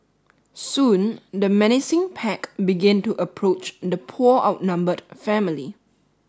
soon the menacing pack began to approach the poor outnumbered family